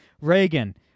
Reagan